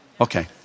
Okay